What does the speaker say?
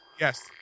yes